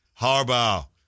Harbaugh